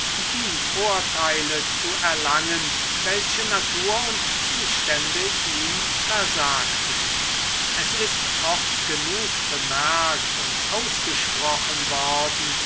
die vorteile zu erlangen welche natur und zustände ihm versagten es ist oft genug bemerkt und ausgesprochen worden